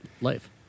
life